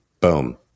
boom